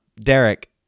Derek